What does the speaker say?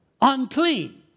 unclean